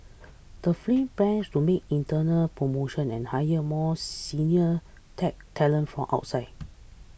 the film plans to make internal promotions and hire more senior tech talent from outside